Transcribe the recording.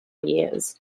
years